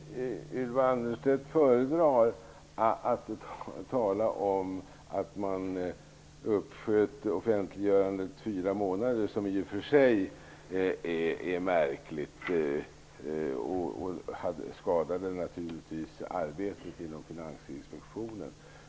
Herr talman! Ylva Annerstedt föredrar att tala om att offentliggörandet uppsköts i fyra månader, något som i sig är märkligt och naturligtvis skadade arbetet inom Finansinspektionen.